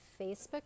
Facebook